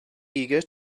eager